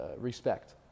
respect